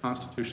constitutional